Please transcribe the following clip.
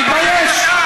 תתבייש.